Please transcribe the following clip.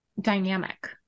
dynamic